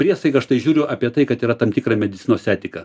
priesaika aš tai žiūriu apie tai kad yra tam tikra medicinos etika